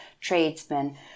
tradesmen